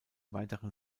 weiteren